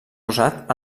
rosat